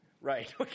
Right